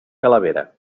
calavera